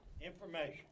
Information